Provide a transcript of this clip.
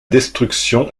destruction